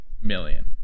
million